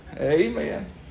Amen